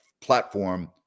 platform